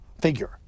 figure